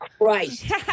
Christ